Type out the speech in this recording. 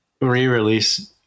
re-release